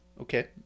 Okay